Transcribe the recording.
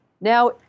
Now